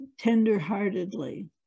tenderheartedly